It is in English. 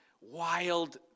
wild